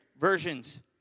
versions